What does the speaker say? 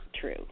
true